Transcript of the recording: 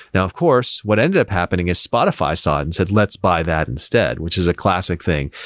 and of course, what ended up happening is spotify saw it and said, let's buy that instead, which is a classic thing,